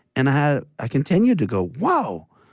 and i had i continue to go, whoa,